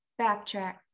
backtrack